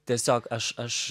tiesiog aš aš